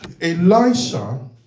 Elisha